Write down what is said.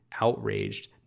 outraged